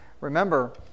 Remember